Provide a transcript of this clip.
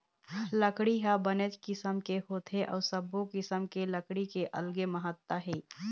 लकड़ी ह बनेच किसम के होथे अउ सब्बो किसम के लकड़ी के अलगे महत्ता हे